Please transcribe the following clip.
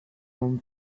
him